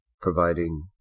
providing